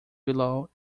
below